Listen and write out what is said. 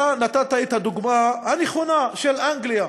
אתה נתת את הדוגמה הנכונה של אנגליה,